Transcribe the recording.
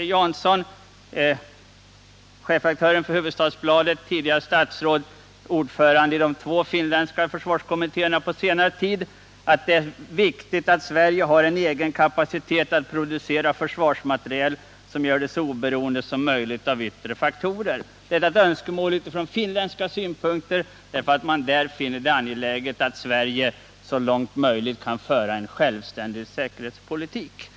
Jansson — chefredaktör för Hufvudstadsbladet, tidigare statsråd, ordförande i de två finländska försvarskommittéerna på senare tid — att det är viktigt att Sverige har en egen kapacitet att producera försvarsmateriel som gör oss så oberoende som möjligt av yttre faktorer. Detta är ett önskemål utifrån finländska synpunkter, där man finner det angeläget att Sverige så långt möjligt kan föra en självständig säkerhetspolitik.